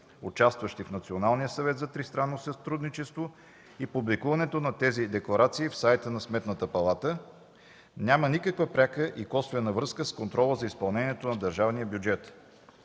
сътрудничество, и публикуването на тези декларации в сайта на Сметната палата няма никаква пряка и косвена връзка с контрола по изпълнение на държавния бюджет.